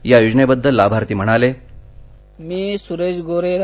या योजनेबद्दल लाभार्थी म्हणाले मी सुरेश गोरे रा